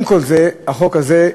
עם כל זה, החוק הזה,